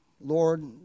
Lord